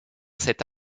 cette